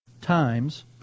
times